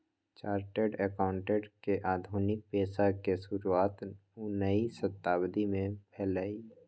chartered accountant के आधुनिक पेशा के शुरुआत उनइ शताब्दी में भेलइ